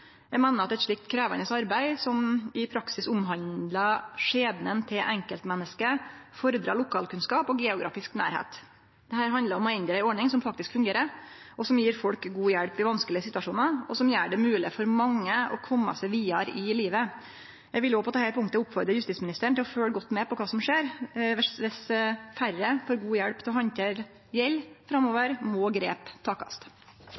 Eg meiner at eit slikt krevjande arbeid som i praksis omhandlar skjebnen til enkeltmenneske, fordrar lokalkunnskap og geografisk nærleik. Dette handlar om å endre ei ordning som faktisk fungerer, som gjev folk god hjelp i vanskelege situasjonar, og som gjer det mogleg for mange å kome seg vidare i livet. Eg vil også på dette punktet oppfordre justisministeren til å følgje godt med på kva som skjer. Dersom færre får god hjelp til å handtere gjeld framover, må grep takast.